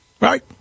right